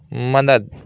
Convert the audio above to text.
مدد